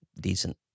decent